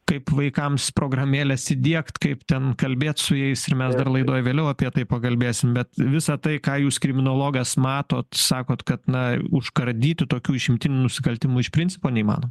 kaip vaikams programėles įdiegt kaip ten kalbėt su jais ir mes dar laidoj vėliau apie tai pakalbėsim bet visa tai ką jūs kriminologas matot sakot kad na užkardyti tokių išimtinių nusikaltimų iš principo neįmanoma